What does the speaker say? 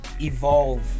evolve